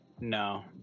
no